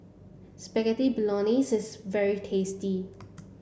Spaghetti Bolognese is very tasty